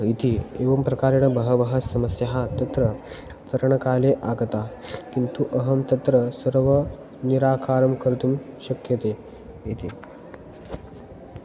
इति एवं प्रकारेण बह्व्यः समस्याः तत्र तरणकाले आगताः किन्तु अहं तत्र सर्वनिराकारं कर्तुं शक्यते इति